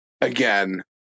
again